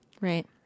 Right